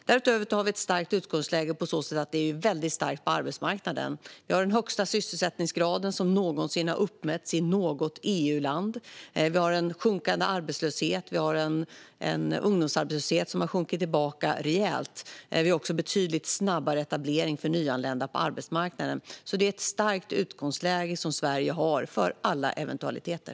Därutöver har vi ett starkt utgångsläge på så sätt att det är väldigt starkt på arbetsmarknaden. Vi har den högsta sysselsättningsgrad som någonsin har uppmätts i något EU-land. Vi har en sjunkande arbetslöshet. Vi har en ungdomsarbetslöshet som har sjunkit tillbaka rejält. Vi har också en betydligt snabbare etablering för nyanlända på arbetsmarknaden. Sverige har alltså ett starkt utgångsläge för alla eventualiteter.